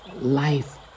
life